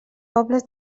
pobles